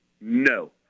No